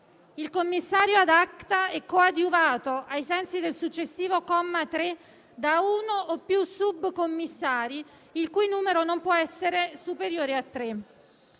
Il commissario *ad acta* è coadiuvato, ai sensi del successivo comma 3, da uno o più subcommissari, il cui numero non può essere superiore a